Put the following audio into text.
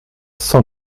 cent